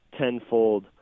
tenfold